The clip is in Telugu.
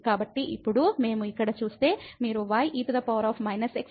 కాబట్టి ఇప్పుడు మేము ఇక్కడ చూస్తే మీరు ye−x మరియు ye−x సాధారణం